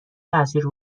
تاثیر